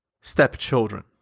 stepchildren